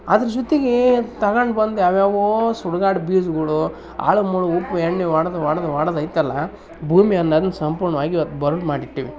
ಅದ್ರ ಜೊತೆಗೆ ತಗೊಂಡ್ ಬಂದು ಯಾವ ಯಾವೋ ಸುಡ್ಗಾಡು ಬೀಜಗಳು ಹಾಳ್ಮೂಳ್ ಉಪ್ಪು ಎಣ್ಣೆ ಹೊಡ್ದ್ ಹೊಡ್ದ್ ಹೊಡ್ದ್ ಐತ್ತಲ್ಲ ಭೂಮಿ ಅನ್ನೊದ್ ಸಂಪೂರ್ಣವಾಗ್ ಇವತ್ತು ಬರಡು ಮಾಡಿಟ್ಟಿವಿ